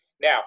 Now